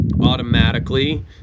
automatically